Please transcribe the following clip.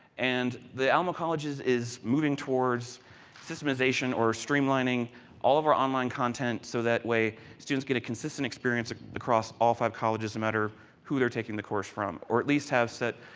and the alamo colleges is moving towards systematization or streamlining all of our online content, so that way, students get a consistent experience ah across all five colleges no and matter who they are taking the course from or at least have said,